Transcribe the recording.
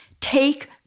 take